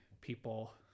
people